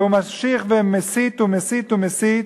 והוא ממשיך ומסית ומסית ומסית